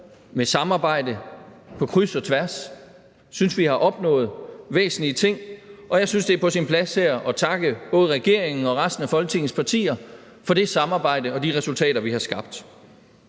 med samarbejde på kryds og tværs. Jeg synes, vi har opnået væsentlige ting, og jeg synes, det er på sin plads her at takke både regeringen og resten af Folketingets partier for det samarbejde og de resultater, vi har skabt.